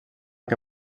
que